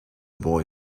boy